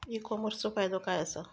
E कॉमर्सचो फायदो काय असा?